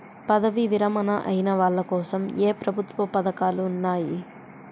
పదవీ విరమణ అయిన వాళ్లకోసం ఏ ప్రభుత్వ పథకాలు ఉన్నాయి?